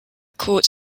court